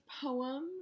poem